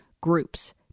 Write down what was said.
Groups